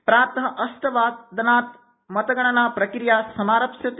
प्रात अष्टवादनात् मतगणना प्रक्रिया समारप्स्यते